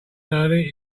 early